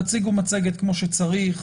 תציגו מצגת כמו שצריך,